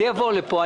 זה יבוא לפה,